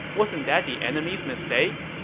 wasn't that the enemy's mistake?